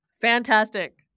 Fantastic